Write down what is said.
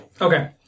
Okay